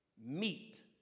meet